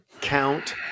count